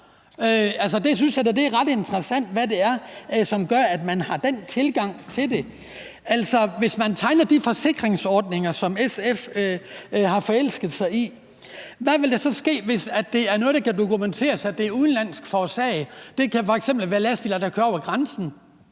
det er, som gør, at man har den tilgang til det. Hvis man tegner de forsikringsordninger, som SF har forelsket sig i, hvad ville der så ske, hvis det kan dokumenteres, at det er udenlandsk forårsaget? Det kan f.eks. være lastbiler, der kører over grænsen.